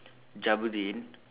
Jabudeen